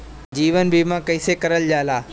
जीवन बीमा कईसे करल जाला?